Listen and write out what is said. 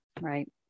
Right